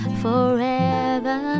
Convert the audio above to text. forever